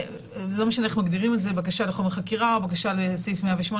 לא משנה איך מגדירים את זה בבקשה לחומר חקירה או בבקשה לסעיף 108,